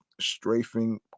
strafing